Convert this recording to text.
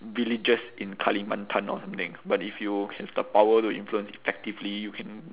villagers in kalimantan or something but if you have the power to influence effectively you can